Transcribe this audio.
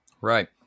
Right